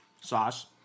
sauce